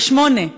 ב-08:00.